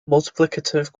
multiplicative